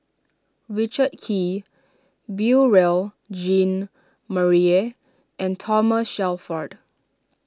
Richard Kee Beurel Jean Marie and Thomas Shelford